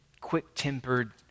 quick-tempered